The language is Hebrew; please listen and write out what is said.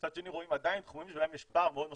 מצד שני רואים עדיין תחומים שבהם יש פער מאוד משמעותי.